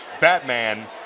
batman